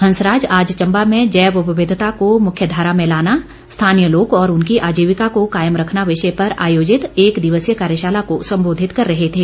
हंसराज आज चम्बा में जैव विविधता को मुख्य धारा में लाना स्थानीय लोग और उनकी आजीविका को कायम रखना विषय पर आयोजित एक दिवसीय कार्यशाला को सम्बोधित कर रहे थे